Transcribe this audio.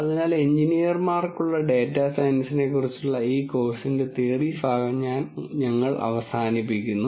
അതിനാൽ എഞ്ചിനീയർമാർക്കുള്ള ഡാറ്റാ സയൻസിനെക്കുറിച്ചുള്ള ഈ കോഴ്സിന്റെ തിയറി ഭാഗം ഞങ്ങൾ അവസാനിപ്പിക്കുന്നു